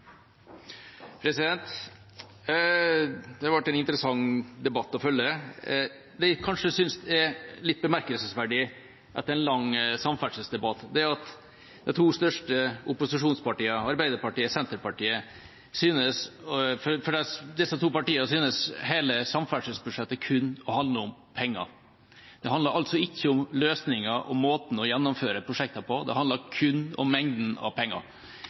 bemerkelsesverdig etter en lang samferdselsdebatt, er at for de to største opposisjonspartiene, Arbeiderpartiet og Senterpartiet, synes hele samferdselsbudsjettet kun å handle om penger. Det handler altså ikke om løsninger og måten å gjennomføre prosjekter på, det handler kun om mengden penger.